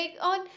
on